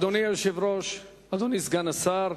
אדוני היושב-ראש, אדוני סגן השר,